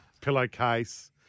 Pillowcase